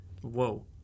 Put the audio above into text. Whoa